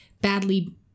badly